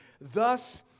Thus